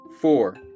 four